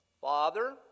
Father